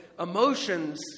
Emotions